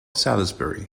salisbury